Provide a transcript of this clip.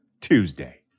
Tuesday